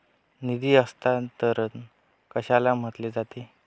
निधी हस्तांतरण कशाला म्हटले जाते?